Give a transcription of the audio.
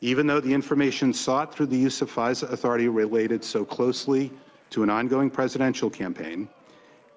even though the information sought for the use of fisa authority related so closely to an ongoing presidential campaign